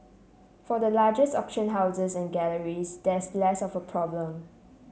for the largest auction houses and galleries that's less of a problem